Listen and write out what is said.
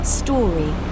story